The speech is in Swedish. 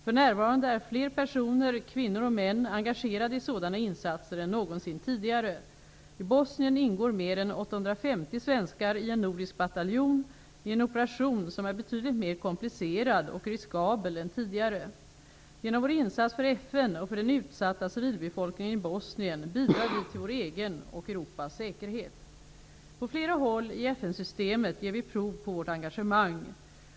För närvarande är fler personer, kvinnor och män, engagerade i sådana insatser än någonsin tidigare. I Bosnien ingår mer än 850 svenskar i en nordisk bataljon i en operation som är betydligt mer komplicerad och riskabel än tidigare. Genom vår insats för FN och för den utsatta civilbefolkningen i Bosnien bidrar vi till vår egen och Europas säkerhet. På flera håll i FN-systemet ger vi prov på vårt engagemang.